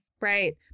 Right